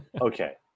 Okay